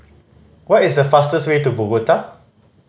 what is the fastest way to Bogota